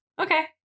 okay